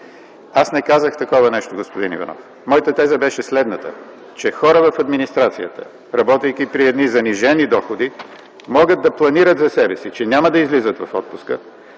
Аз не казах такова нещо, господин Иванов. Моята теза беше следната – че хора в администрацията, работейки при занижени доходи, могат да планират за себе си, че няма да излизат в отпуск,